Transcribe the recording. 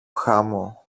χάμω